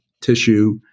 tissue